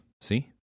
See